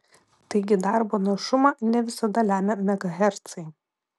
taigi darbo našumą ne visada lemia megahercai